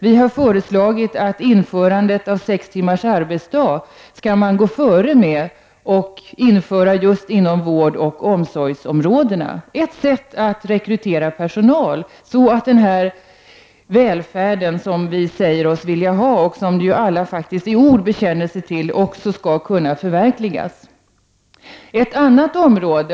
Vi har föreslagit att sex timmars arbetsdag skall införas först inom vårdoch omsorgsområdena. Det är ett sätt att rekrytera personal, så att den välfärd som vi säger oss vilja ha, och som alla faktiskt i ord bekänner sig till, också skall kunna förverkligas.